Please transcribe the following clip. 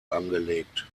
angelegt